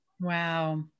Wow